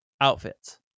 outfits